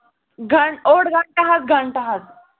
گں اوٚڑ گَنٛٹہٕ حظ گَنٛٹہٕ حظ